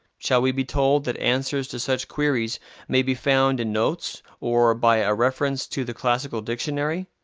shall we be told that answers to such queries may be found in notes, or by a reference to the classical dictionary?